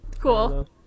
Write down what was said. cool